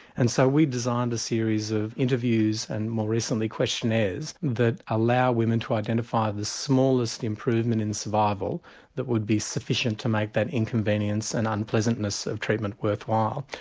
and so we've designed a series of interviews and more recently questionnaires that allow women to identify the smallest improvement in survival that would be sufficient to make that inconvenience and unpleasantness of treatment worthwhile.